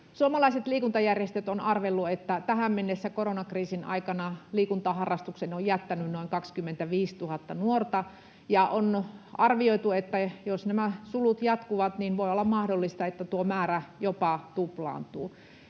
Suomalaiset liikuntajärjestöt ovat arvelleet, että tähän mennessä koronakriisin aikana liikuntaharrastuksen on jättänyt noin 25 000 nuorta, ja on arvioitu, että jos nämä sulut jatkuvat, niin voi olla mahdollista, että tuo määrä jopa tuplaantuu.